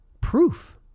proof